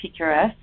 PQRS